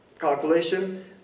calculation